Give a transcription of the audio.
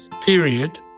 period